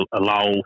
allow